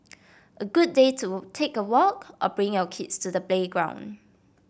a good day to take a walk or bring your kids to the playground